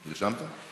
נרשמת?